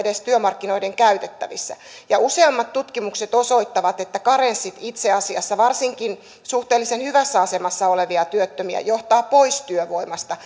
työmarkkinoiden käytettävissä useammat tutkimukset osoittavat että karenssit itse asiassa varsinkin suhteellisen hyvässä asemassa olevia työttömiä johtavat pois työvoimasta